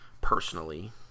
Personally